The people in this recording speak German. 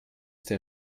der